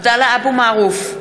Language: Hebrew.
(קוראת בשמות חברי הכנסת) עבדאללה אבו מערוף,